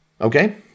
Okay